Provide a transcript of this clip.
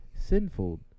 Sinful